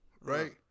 right